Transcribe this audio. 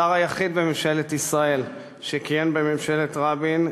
השר היחיד בממשלת ישראל שכיהן בממשלת רבין,